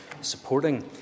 supporting